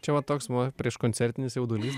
čia va toks buvo prieš koncertinis jaudulys